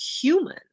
human